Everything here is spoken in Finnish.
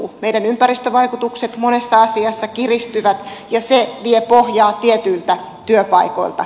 meillä ympäristövaikutukset monessa asiassa kiristyvät ja se vie pohjaa tietyiltä työpaikoilta